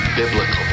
biblical